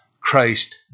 Christ